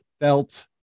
felt